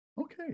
okay